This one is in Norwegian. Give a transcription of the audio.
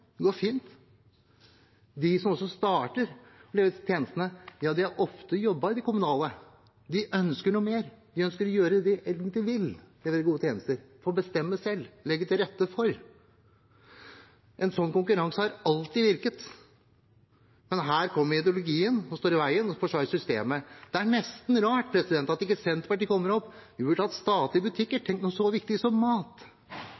går fint. De som starter disse tjenestene, har ofte jobbet i det kommunale. De ønsker noe mer. De ønsker å gjøre det de egentlig vil: levere gode tjenester, få bestemme selv, legge til rette for. En slik konkurranse har alltid virket, men her kommer ideologien, den står i veien og forsvarer systemet. Det er nesten rart at ikke Senterpartiet kommer opp med at vi burde hatt statlige